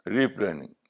Replanning